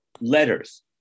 letters